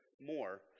more